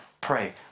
pray